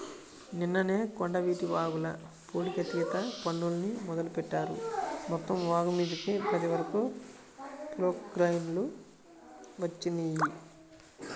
నిన్ననే కొండవీటి వాగుల పూడికతీత పనుల్ని మొదలుబెట్టారు, మొత్తం వాగుమీదకి పది వరకు ప్రొక్లైన్లు వచ్చినియ్యి